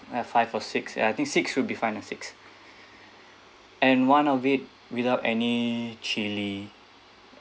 ah five or six I think six will be fine lah six and one of it without any chilli